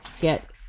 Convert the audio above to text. Get